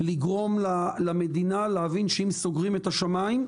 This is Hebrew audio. לגרום למדינה להבין שאם סוגרים את השמיים,